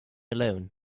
alone